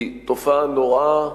היא תופעה נוראה.